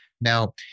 Now